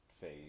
phase